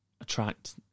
attract